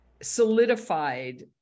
solidified